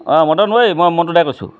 মদন ঐ মই মণ্টুদাই কৈছোঁ